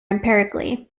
empirically